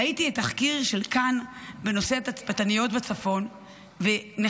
ראיתי את התחקיר של כאן בנושא התצפיתניות בצפון ונחרדתי.